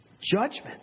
Judgment